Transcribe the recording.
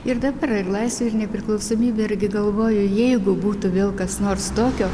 ir dabar ir laisvė ir nepriklausomybė irgi galvoju jeigu būtų vėl kas nors tokio